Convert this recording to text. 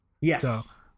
Yes